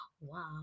Wow